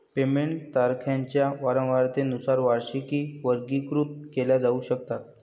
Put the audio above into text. payment तारखांच्या वारंवारतेनुसार वार्षिकी वर्गीकृत केल्या जाऊ शकतात